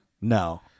No